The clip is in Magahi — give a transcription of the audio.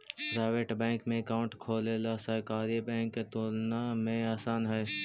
प्राइवेट बैंक में अकाउंट खोलेला सरकारी बैंक के तुलना में आसान हइ